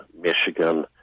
Michigan